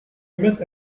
met